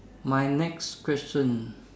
my next question